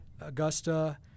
Augusta